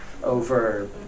Over